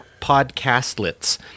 podcastlets